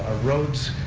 ah roads,